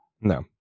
No